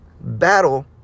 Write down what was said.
battle